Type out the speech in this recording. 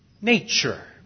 nature